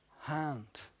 hand